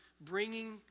bringing